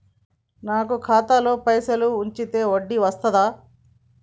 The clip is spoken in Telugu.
నాకు ఖాతాలో పైసలు ఉంచితే వడ్డీ వస్తదా?